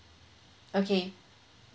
okay